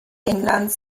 englands